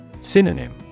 Synonym